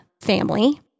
family